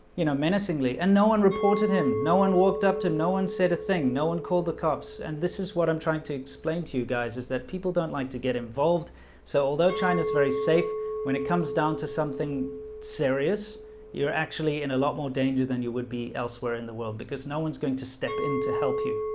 you know menacingly and no one reported him. no one walked up to no one said a thing no one the cops and this is what i'm trying to explain to you guys is that people don't like to get involved so although china's very safe when it comes down to something serious you're actually in a lot more danger than you would be elsewhere in the world because no one's going to step in to help you